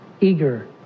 eager